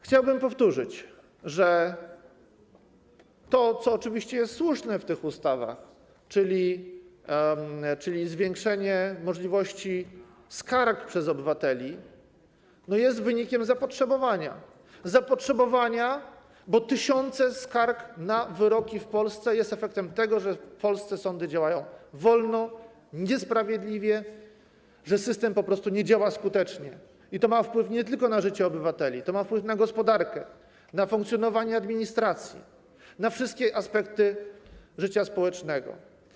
Chciałbym powtórzyć, że to, co oczywiście jest słuszne w tych ustawach, czyli zwiększenie możliwości składania skarg przez obywateli, jest wynikiem zapotrzebowania, bo tysiące skarg na wyroki w Polsce stanowią efekt tego, że w Polsce sądy działają wolno, niesprawiedliwie, że system po prostu nie działa skutecznie, co ma wpływ nie tylko na życie obywateli, ale i na gospodarkę, funkcjonowanie administracji, na wszystkie aspekty życia społecznego.